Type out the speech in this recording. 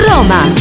Roma